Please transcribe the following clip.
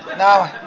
now,